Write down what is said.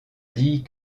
dit